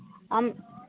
ᱟᱢ